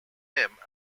him